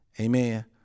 Amen